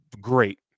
great